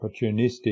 opportunistic